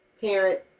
parent